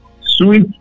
sweet